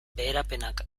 beherapenak